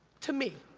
to me,